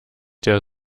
der